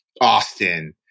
Austin